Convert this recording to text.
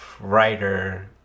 writer